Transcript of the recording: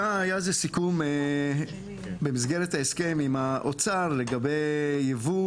היה איזה סיכום במסגרת ההסכם עם האוצר לגבי ייבוא